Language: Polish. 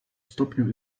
stopniu